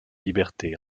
libertés